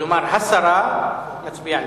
כלומר הסרה, יצביע נגד.